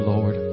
Lord